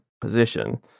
position